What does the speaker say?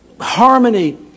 harmony